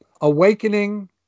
Awakening